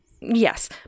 Yes